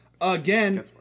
Again